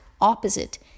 opposite